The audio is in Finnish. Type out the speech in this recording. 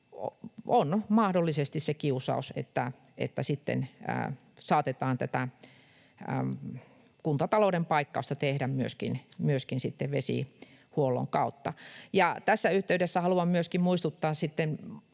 on mahdollisesti se kiusaus, että sitten saatetaan tätä kuntatalouden paikkausta tehdä myöskin vesihuollon kautta. Ja tässä yhteydessä haluan myöskin muistuttaa